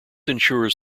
ensures